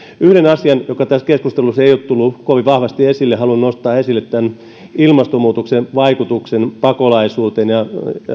yhden asian joka tässä keskustelussa ei ole tullut kovin vahvasti esille haluan nostaa esille tämän ilmastonmuutoksen vaikutuksen pakolaisuuteen ja